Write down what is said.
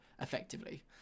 effectively